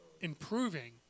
improving